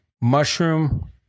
mushroom